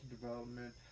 development